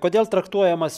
kodėl traktuojamas